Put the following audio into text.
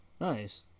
Nice